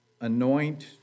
anoint